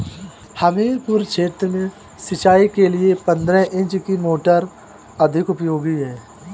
हमीरपुर क्षेत्र में सिंचाई के लिए पंद्रह इंची की मोटर अधिक उपयोगी है?